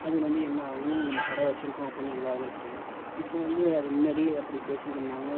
அது வந்து என்ன ஆகும் நம்ம கடை வச்சுருக்கோம் அப்புடின்னு எல்லோருக்கும் தெரியும் இப்போது வந்து அது முன்னாடியே அப்படி பேசிக்கிட்டு இருந்தாங்க